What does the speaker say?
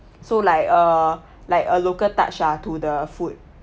so like uh like a local touch lah to the food